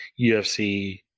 UFC